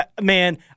man